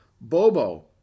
Bobo